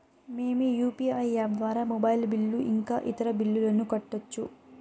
మేము UPI app ద్వారా mobile bill ఇంకా ఇతర బిల్లులను కట్టొచ్చు